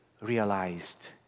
realized